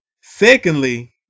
Secondly